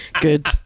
Good